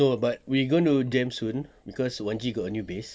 no but we going to jam soon cause wan G got a new bass